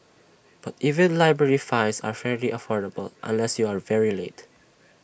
but even library fines are fairly affordable unless you are very late